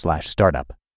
startup